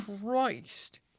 Christ